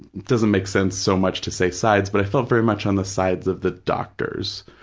doesn't make sense so much to say sides, but i felt very much on the sides of the doctors',